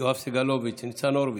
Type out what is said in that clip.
יואב סגלוביץ'; ניצן הורביץ,